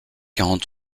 quarante